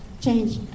change